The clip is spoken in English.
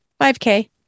5k